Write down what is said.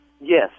Yes